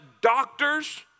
doctors